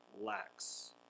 lacks